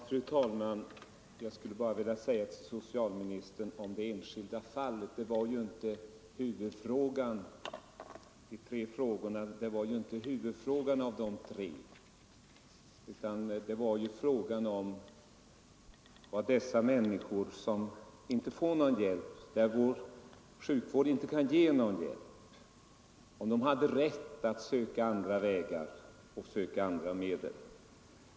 Fru talman! Det enskilda fallet, herr socialministern, var ju inte huvudfrågan bland de tre, utan det var om dessa människor, som vår sjukvård inte kan ge någon hjälp, har rätt att söka andra vägar och andra medel.